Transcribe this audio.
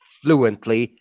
fluently